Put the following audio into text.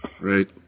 right